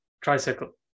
Tricycle